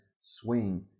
swing